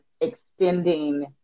extending